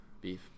beef